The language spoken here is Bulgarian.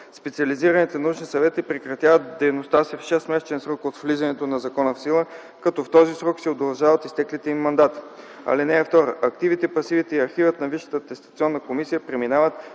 Специализираните научни съвети прекратяват дейността си в шестмесечен срок от влизането на закона в сила, като в този срок се удължават изтеклите им мандати. (2) Активите, пасивите и архивът на Висшата атестационна комисия преминават